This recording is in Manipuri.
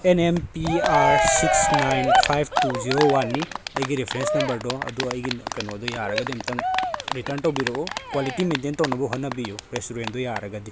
and M P R six nine five two zero ꯋꯥꯟꯅꯤ ꯑꯩꯒꯤ ꯔꯤꯐꯔꯦꯟꯁ ꯅꯝꯕꯔꯗꯣ ꯑꯗꯣ ꯑꯩꯒꯤ ꯀꯩꯅꯣꯗꯣ ꯌꯥꯔꯒꯗꯤ ꯑꯝꯇꯪ ꯔꯤꯇꯔꯟ ꯇꯧꯕꯤꯔꯛꯎ ꯀ꯭ꯋꯥꯂꯤꯇꯤ ꯃꯦꯟꯇꯦꯟ ꯇꯧꯅꯕ ꯍꯣꯠꯅꯕꯤꯌꯨ ꯔꯦꯁꯇꯨꯔꯦꯟꯗꯨ ꯌꯥꯔꯒꯗꯤ